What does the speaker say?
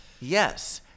Yes